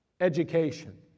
Education